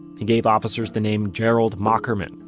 he gave officers the name gerald mockerman,